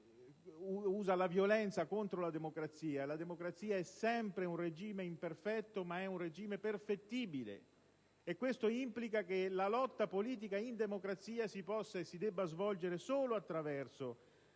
usa la violenza contro la democrazia. La democrazia è sempre un regime imperfetto, ma è perfettibile. Questo implica come la lotta politica in democrazia si possa e si debba svolgere solo attraverso